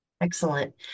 Excellent